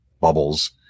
bubbles